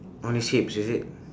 on his hips is it